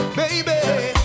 baby